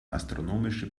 astronomische